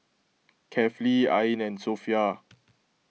Kefli Ain and Sofea